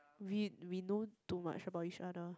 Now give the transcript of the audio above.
we we know too much about each other